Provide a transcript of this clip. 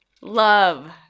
love